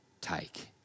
take